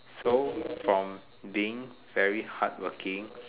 so from being very hardworking